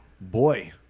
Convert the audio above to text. Boy